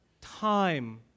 time